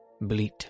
bleat